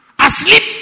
Asleep